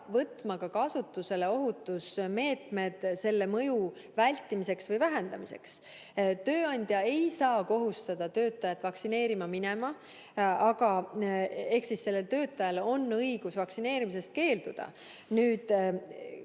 võtma kasutusele ka ohutusmeetmed selle mõju vältimiseks või vähendamiseks. Tööandja ei saa kohustada töötajat vaktsineerima minema, st töötajal on õigus vaktsineerimisest keelduda. Kuna